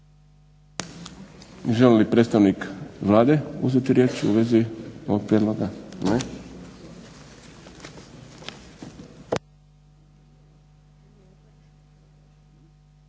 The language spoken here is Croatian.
Želi li predstavnik Vlade uzeti riječ u vezi ovog prijedloga?